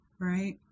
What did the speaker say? right